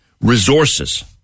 resources